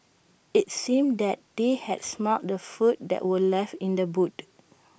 IT seemed that they had smelt the food that were left in the boot